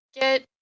get